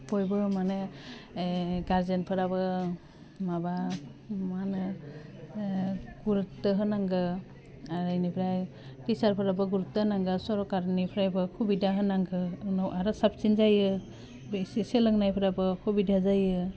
बयबो मानि एह गारजेनफोराबो माबा मा होनो ओह गुरुत' होनांगो आर बिनिफ्राय टिचाफोराबो गुरुत' होनांगौ सरकारनिफ्रइबो हुबिदा होनांगौ उनाव आरो साबसिन जायो बिसि सोलोंनायफ्राबो हुबिदा जायो